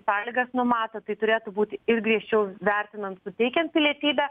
sąlygas numato tai turėtų būti ir griežčiau vertinant suteikiant pilietybę